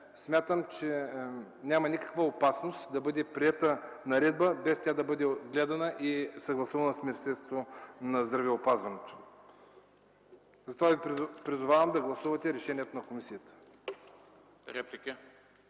Смятам, че няма никаква опасност да бъде приета наредба, без тя да бъде гледана и съгласувана с Министерството на здравеопазването. Затова ви призовавам да гласувате решението на комисията.